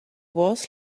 was